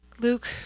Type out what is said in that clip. Luke